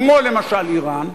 כמו למשל אירן,